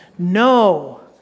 No